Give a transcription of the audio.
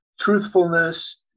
truthfulness